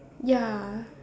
ya